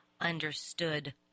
understood